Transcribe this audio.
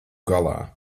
galā